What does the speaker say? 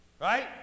right